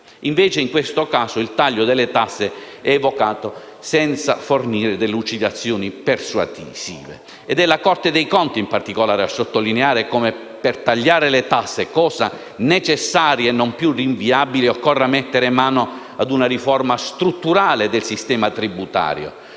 Invece, in questo caso, il taglio delle tasse è evocato senza fornire delucidazioni persuasive. È la Corte dei conti, in particolare, a sottolineare come per tagliare le tasse - cosa necessaria e non più rinviabile - occorra mettere mano a una riforma strutturale del sistema tributario;